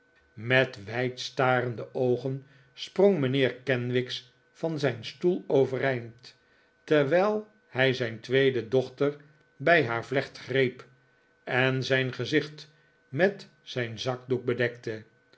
met wijd starende oogen sprong mijnheer kenwigs van zijn stoel overeind terwijl hij zijn tweede dochter bij haar vlecht greep en zijn gezicht met zijn zakdoek bedekte